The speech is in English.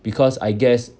because I guess